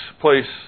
place